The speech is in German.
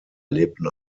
lebten